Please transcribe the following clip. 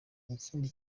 ikindi